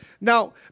Now